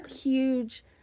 huge